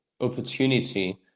opportunity